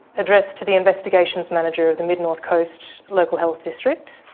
addressed to the investigations manager of the mid north coast local health district.